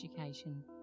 education